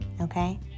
okay